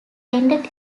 ended